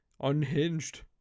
unhinged